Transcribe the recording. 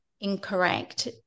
incorrect